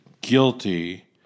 guilty